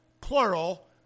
plural